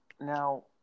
Now